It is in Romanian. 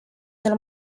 cel